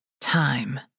time